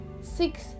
six